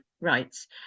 rights